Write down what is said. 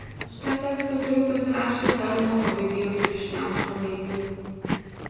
aš tą tekstą turiu pasirašęs dar nuo ovidijaus vyšniausko laikų